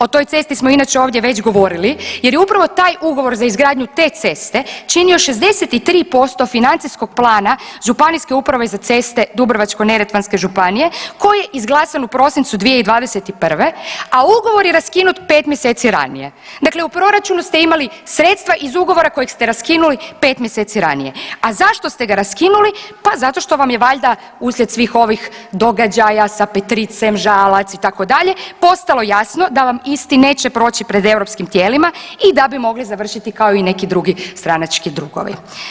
O toj cesti smo inače ovdje već govorili jer je upravo taj ugovor za izgradnju te ceste činio 63% financijskog plana Županijske uprave za ceste Dubrovačko-neretvanske županije koji je izglasan u prosincu 2021., a ugovor je raskinut 5 mjeseci ranije, dakle u proračunu ste imali sredstva iz ugovora kojeg ste raskinuli 5 mjeseci ranije, a zašto ste ga raskinuli, pa zato što vam je valjda uslijed svih ovih događaja sa Petricem, Žalac itd. postalo jasno da vam isti neće proći pred europskim tijelima i da bi mogli završiti kao i neki drugi stranački drugovi.